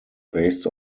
based